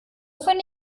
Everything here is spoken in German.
finde